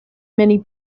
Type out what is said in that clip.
many